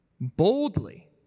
boldly